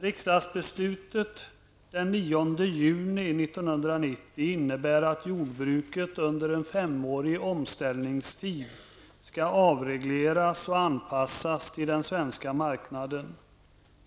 Riksdagsbeslutet den 9 juni 1990 innebär att jordbruket under en femårig omställningsperiod skall avregleras och anpassas till den svenska marknaden.